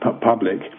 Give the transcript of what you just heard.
public